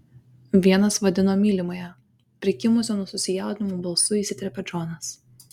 vienas vadino mylimąja prikimusiu nuo susijaudinimo balsu įsiterpia džonas